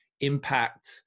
impact